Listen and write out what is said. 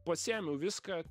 pasiėmiau viską